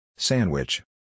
Sandwich